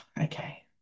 okay